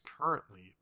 currently